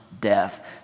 death